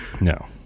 No